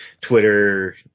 Twitter